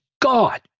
God